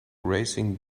racing